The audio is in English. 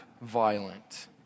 violent